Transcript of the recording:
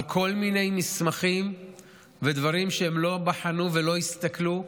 כל מיני מסמכים ודברים שהם לא בחנו ולא הסתכלו,